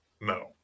No